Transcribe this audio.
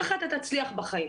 ככה אתה תצליח בחיים.